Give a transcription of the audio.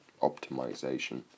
optimization